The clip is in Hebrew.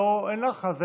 גברתי, עד